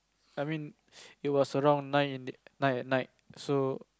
I mean it was around nine in the nine at night so